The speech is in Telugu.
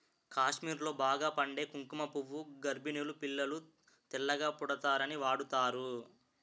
కాశ్మీర్లో బాగా పండే కుంకుమ పువ్వు గర్భిణీలు పిల్లలు తెల్లగా పుడతారని వాడుతారు